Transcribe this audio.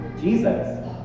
Jesus